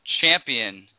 Champion